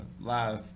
live